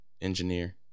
engineer